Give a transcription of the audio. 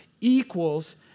equals